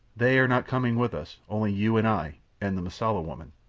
they are not coming with us only you and i, and the mosula woman.